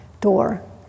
door